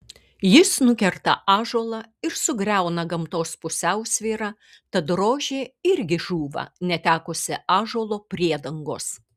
jis nukerta ąžuolą ir sugriauna gamtos pusiausvyrą tad rožė irgi žūva netekusi ąžuolo priedangos